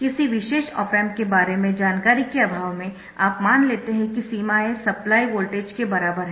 किसी विशेष op amp के बारे में जानकारी के अभाव में आप मान लेते है कि सीमाएँ सप्लाई वोल्टेज के बराबर है